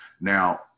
Now